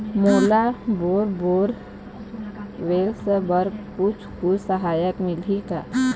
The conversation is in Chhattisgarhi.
मोला बोर बोरवेल्स बर कुछू कछु सहायता मिलही का?